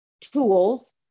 tools